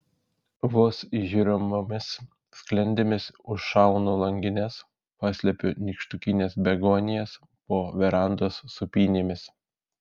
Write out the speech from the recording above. vos įžiūrimomis sklendėmis užšaunu langines paslepiu nykštukines begonijas po verandos sūpynėmis